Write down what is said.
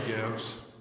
gives